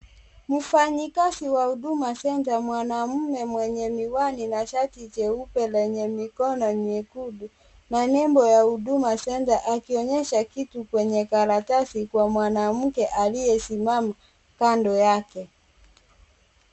Mfanyikazi wa Huduma Center mwanamume mwenye miwani na shati jeupe lenye mikono nyekundu, na nembo ya huduma Center akionyesha kitu kwenye karatasi kwa mwanamke aliyesimama kando yake.